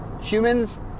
Humans